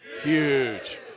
huge